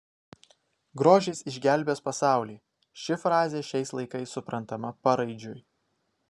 grožis išgelbės pasaulį ši frazė šiais laikais suprantama paraidžiui